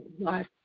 life